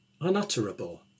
unutterable